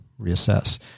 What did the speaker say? reassess